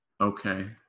Okay